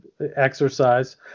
exercise